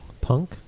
Punk